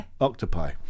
octopi